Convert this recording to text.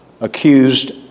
accused